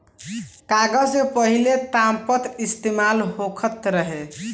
कागज से पहिले तामपत्र इस्तेमाल होखत रहे